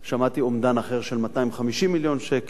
שמעתי אומדן אחר, של 250 מיליון שקל.